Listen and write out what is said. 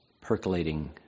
percolating